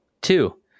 Two